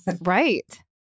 Right